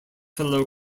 fellow